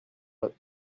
lot